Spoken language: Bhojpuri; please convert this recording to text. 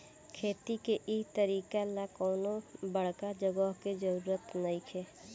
खेती के इ तरीका ला कवनो बड़का जगह के जरुरत नइखे